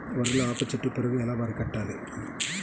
వరిలో ఆకు చుట్టూ పురుగు ఎలా అరికట్టాలి?